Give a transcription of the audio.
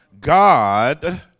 God